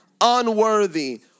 unworthy